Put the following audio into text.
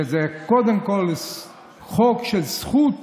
שזה קודם כול חוק של זכות